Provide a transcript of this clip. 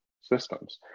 systems